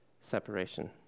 separation